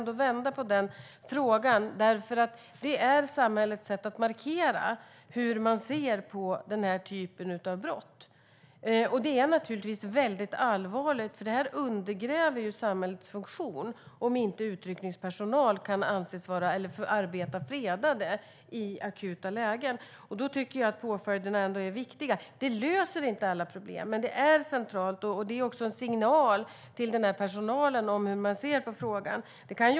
Det är samhällets sätt att markera hur man ser på den här typen av brott. Dessa brott är allvarliga, för det undergräver samhällets funktion om inte utryckningspersonal kan få arbeta fredade i akuta lägen. Påföljderna löser inte alla problem, men det är centralt, och det är också en signal till personalen om hur man ser på frågan.